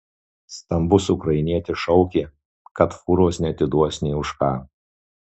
stambus ukrainietis šaukė kad fūros neatiduos nė už ką